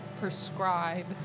prescribe